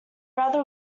rather